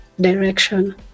direction